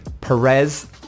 Perez